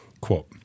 Quote